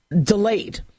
delayed